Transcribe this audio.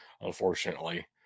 unfortunately